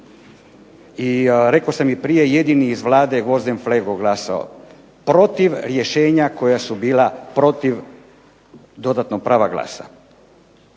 I rekao sam i prije, jedini je iz Vlade Gvozden Flego glasao protiv rješenja koja su bila protiv dodatnog prava glasa.